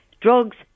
Drugs